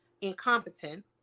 incompetent